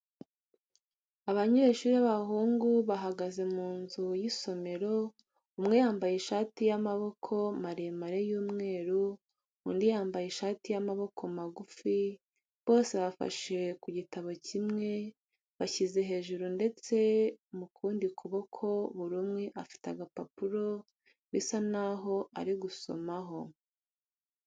Abanyeshuri b'abahungu bahagaze mu nzu y'isomero, umwe yambaye ishati y'amaboko maremare y'umweru, undi yambaye ishati y'amaboko magufi, bose bafashe ku gitabo kimwe bashyize hejuru ndetse mu kundi kuboko buri umwe afite agapapuro bisa n'aho ari gusomaho.